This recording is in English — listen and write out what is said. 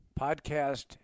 podcast